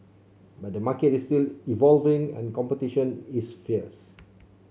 but the market is still evolving and competition is fierce